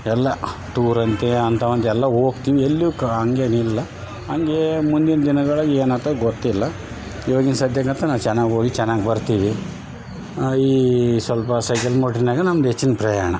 ಎಲ್ಲಾ ಟೂರಂತೆ ಅಂತ ಒಂದು ಎಲ್ಲಾ ಹೋಗ್ತೀವಿ ಎಲ್ಲಿಯೂ ಕ ಹಂಗೇನಿಲ್ಲ ಹಂಗೆ ಮುಂದಿನ ದಿನಗಳ ಏನಾಗ್ತವ ಗೊತ್ತಿಲ್ಲ ಇವಾಗಿ ಸದ್ಯಕಂತು ನಾ ಚೆನ್ನಾಗಿ ಹೋಗಿ ಚೆನ್ನಾಗಿ ಬರ್ತೀವಿ ಈ ಸ್ವಲ್ಪ ಸೈಕಲ್ ಮೋಟ್ರ್ನಾಗ ನಮ್ಗೆ ಪ್ರಯಾಣ